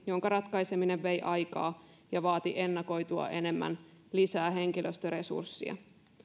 jonka ratkaiseminen vei aikaa ja vaati ennakoitua enemmän lisää henkilöstöresurssia